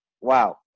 Wow